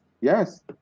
yes